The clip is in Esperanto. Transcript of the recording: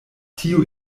tio